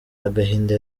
agahinda